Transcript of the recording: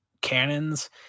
cannons